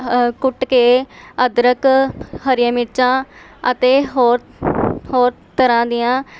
ਕੁੱਟ ਕੇ ਅਦਰਕ ਹਰੀਆਂ ਮਿਰਚਾਂ ਅਤੇ ਹੋਰ ਹੋਰ ਤਰ੍ਹਾਂ ਦੀਆਂ